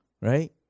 right